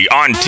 on